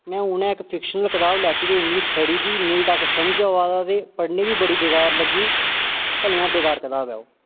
में हून गै इक फिक्शन कताब लैती ते इन्नी सड़ी दी नेईं कक्ख समझ आवा दा ते पढ़ने गी बी बेकार लग्गी भलेआं गै बेकार कताब ऐ ओह्